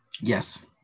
Yes